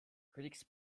critics